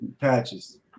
Patches